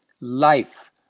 life